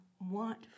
want